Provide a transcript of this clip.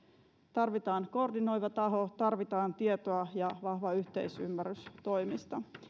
tarvitaan koordinoiva taho tarvitaan tietoa ja vahva yhteisymmärrys toimista